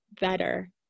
better